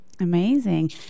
Amazing